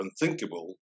unthinkable